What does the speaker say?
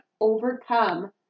overcome